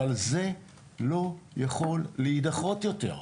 אבל זה לא יכול להידחות יותר.